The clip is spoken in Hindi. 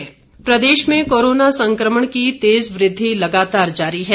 प्रदेश कोरोना प्रदेश में कोरोना संक्रमण की तेज वृद्धि लगातार जारी है